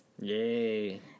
Yay